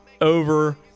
over